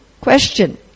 question